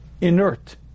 inert